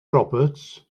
roberts